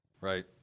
Right